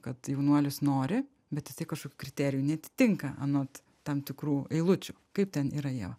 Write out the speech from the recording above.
kad jaunuolis nori bet jisai kažkokių kriterijų neatitinka anot tam tikrų eilučių kaip ten yra ieva